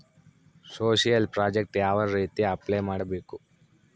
Social project ಯಾವ ರೇತಿ apply ಮಾಡಬೇಕು?